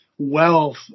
wealth